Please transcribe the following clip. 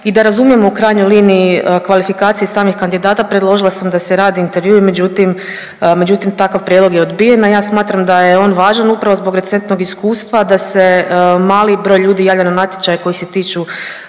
i da razumijemo u krajnjoj liniji kvalifikacije samih kandidata, predložila sam da se radi intervjuu, međutim takav prijedlog je odbijen. A ja smatram da je on važan upravo zbog recentnog iskustva da se mali broj ljudi javlja na natječaj koji se tiču